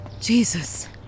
Jesus